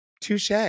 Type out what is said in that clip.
touche